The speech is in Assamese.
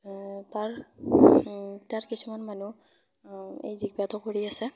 তাৰ তাৰ কিছুমান মানুহ এই জীৱিকাটো কৰি আছে